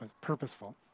purposeful